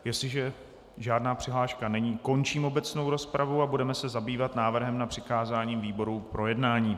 Jestliže žádná přihláška není, končím obecnou rozpravu a budeme se zabývat návrhem na přikázání výborům k projednání.